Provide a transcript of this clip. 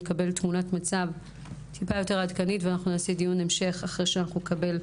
חדשים שנכנסים לשוק הטכנולוגיה אנחנו מבינים שיש גם בריונות